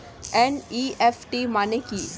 NEFT মানে কি?